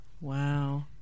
Wow